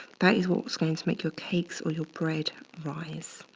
that is what is going to make your cakes or your bread rise.